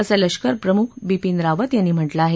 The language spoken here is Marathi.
असं लष्कर प्रमुख बिपीन रावत यांनी म्हटलं आहे